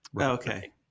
okay